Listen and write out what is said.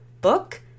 book